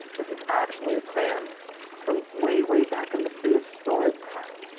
this is actually a clam from way, way back in the prehistoric time.